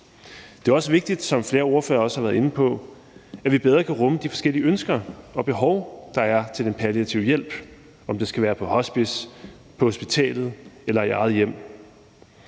Det er vigtigt, som flere ordførere også har været inde på, at vi bedre kan rumme de forskellige ønsker og behov, der er til den palliative hjælp, altså om det skal være på hospice, på hospitalet eller i eget hjem.